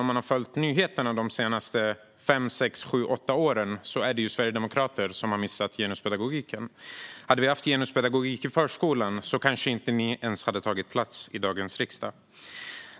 Om man har följt nyheterna de senaste fem, sex, sju, åtta åren har man kunnat se att det är sverigedemokrater som har missat genuspedagogiken. Hade vi haft genuspedagogik i förskolan kanske ni inte ens hade tagit plats i dagens riksdag.